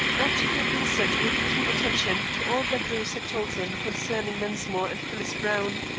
after he had listened with keen attention to all that bruce had told him concerning mensmore and phyllis browne,